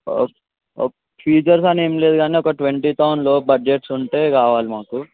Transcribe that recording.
features అని ఏం లేదు కానీ ఒక ట్వంటీ థౌసండ్ లోపు బడ్జెట్స్ ఉంటే కావాలి మాకు